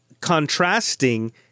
Contrasting